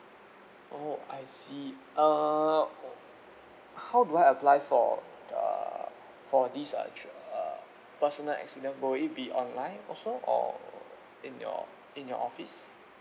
oh I see err how do I apply for err for this err err personal accident will it be online also or in your in your office